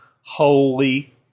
holy